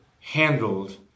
handled